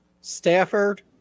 Stafford